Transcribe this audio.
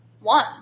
one